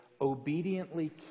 obediently